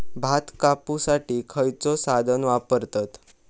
भात कापुसाठी खैयचो साधन वापरतत?